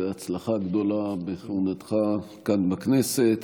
והצלחה גדולה בכהונתך כאן בכנסת.